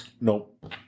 Nope